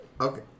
Okay